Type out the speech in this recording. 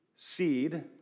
Seed